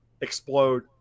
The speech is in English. explode